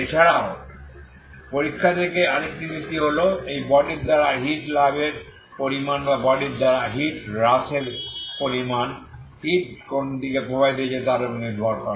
এছাড়াও পরীক্ষা থেকে আরেকটি নীতি হল এই বডির দ্বারা হিট লাভের পরিমাণ বা বডির দ্বারা হিট হ্রাসের পরিমাণ হিট কোন দিকে প্রবাহিত হচ্ছে তার উপর নির্ভর করে